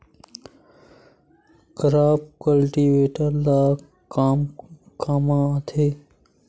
Crop cultivator ला कमा काम आथे?